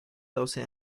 doce